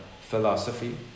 philosophy